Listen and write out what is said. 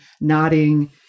nodding